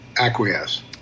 acquiesce